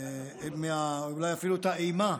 אולי אפילו את האימה,